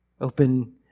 Open